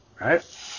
right